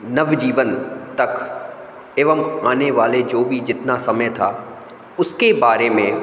नवजीवन तक एवं आने वाले जो भी जितना समय था उसके बारे में